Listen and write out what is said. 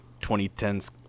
2010s